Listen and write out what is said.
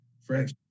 French